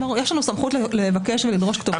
יש לנו סמכות לבקש ולדרוש כתובות.